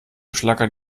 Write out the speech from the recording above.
schlackern